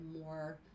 more